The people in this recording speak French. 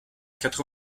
quatre